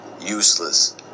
useless